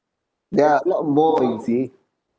there are a lot more you see